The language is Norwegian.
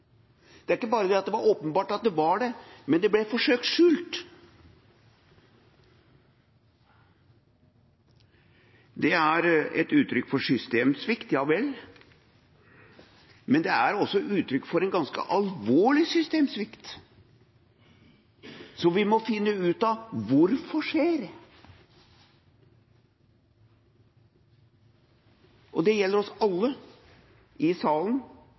Det er ikke bare det at det var åpenbart at det var det, men det ble forsøkt skjult. Det er et uttrykk for systemsvikt, ja vel, men det er også uttrykk for en ganske alvorlig systemsvikt som vi må finne ut av hvorfor skjer. Det gjelder oss alle, i salen